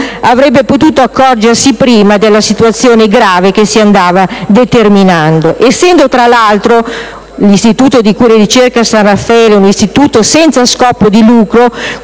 avrebbe potuto accorgersi prima della grave situazione che si andava determinando. Essendo tra l'altro l'istituto di cura e ricerca San Raffaele senza scopo di lucro,